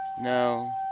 No